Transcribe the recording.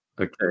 okay